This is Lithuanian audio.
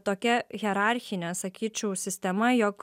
tokia hierarchine sakyčiau sistema jog